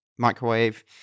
microwave